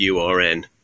URN